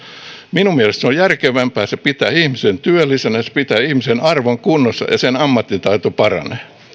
minun mielestäni se on järkevämpää se pitää ihmisen työllisenä ja se pitää ihmisen arvon kunnossa ja hänen ammattitaitonsa paranee